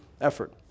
effort